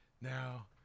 Now